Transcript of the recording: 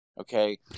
Okay